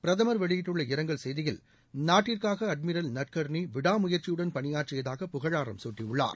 பிரதமர் வெளியிட்டுள்ள இரங்கல் செய்தியில் நாட்டிற்காக அட்மிரல் நட்கர்ளீ விடா முயற்சியுடன் பணியாற்றியதாக புகழாரம் சூட்டியுள்ளார்